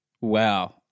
Wow